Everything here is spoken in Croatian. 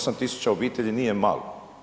8.000 obitelji nije malo.